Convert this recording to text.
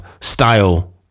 style